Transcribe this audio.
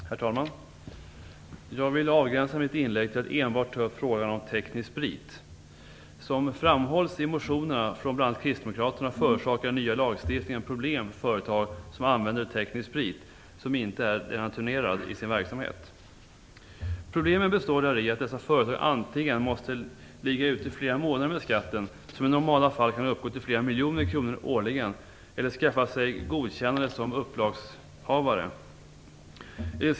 Herr talman! Jag vill avgränsa mitt inlägg till att enbart ta upp frågan om teknisk sprit. Som framhålls i motioner från bl.a. kristdemokraterna förorsakar den nya lagstiftningen problem för företag som i sin verksamhet använder teknisk sprit som inte är denaturerad. Problemen består däri att dessa företag antingen måste ligga ute flera månader med skatten, som i normala fall kan uppgå till flera miljoner kronor årligen, eller skaffa sig godkännande som upplagshavare.